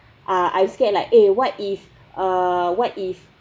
uh I scared like eh what if uh what if